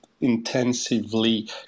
intensively